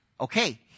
okay